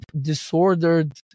disordered